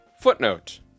Footnote